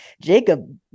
jacob